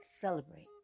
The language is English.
celebrate